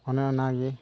ᱚᱱᱮ ᱚᱱᱟ ᱜᱮ